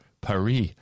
Paris